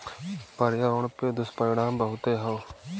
पर्यावरण पे दुष्परिणाम बहुते हौ